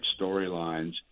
storylines